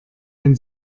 wenn